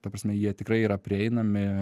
ta prasme jie tikrai yra prieinami